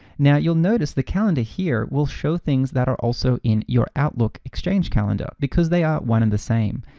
now you'll notice the calendar here will show things that are also in your outlook exchange calendar because they are one in the same.